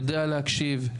להקשיב,